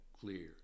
clear